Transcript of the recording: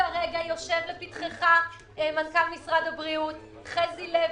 כרגע יושב לפתחך, מנכ"ל משרד הבריאות חזי לוי,